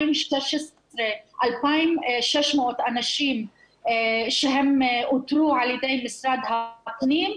2,600 אנשים שהם אותרו על ידי משרד הפנים.